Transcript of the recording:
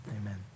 amen